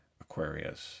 Aquarius